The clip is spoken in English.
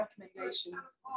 recommendations